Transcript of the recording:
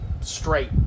Straight